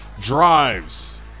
drives